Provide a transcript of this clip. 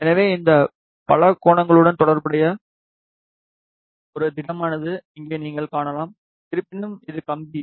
எனவே இந்த பலகோணங்களுடன் தொடர்புடைய ஒரு திடமானது இங்கே நீங்கள் காணலாம் இருப்பினும் இது கம்பி